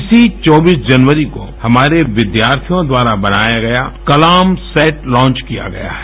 इसी चौबीस जनवरी को हमारे विद्यार्थियों द्वारा बनाया गया कलाम सेट लांच किया गया है